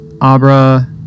Abra